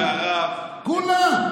כולם.